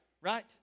right